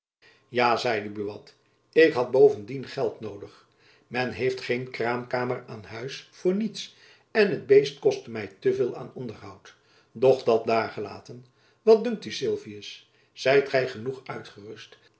ja zeide buat ik had bovendien geld noodig men heeft geen kraamkamer aan huis voor niets en het beest kostte my te veel aan onderhoud doch dat daargelaten wat dunkt u sylvius zijt gy genoeg uitgerust